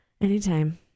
anytime